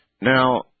Now